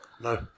No